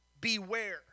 Beware